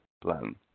plan